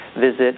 visit